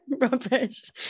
rubbish